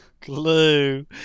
Glue